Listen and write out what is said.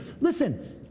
listen